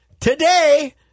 Today